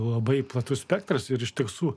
labai platus spektras ir ištisų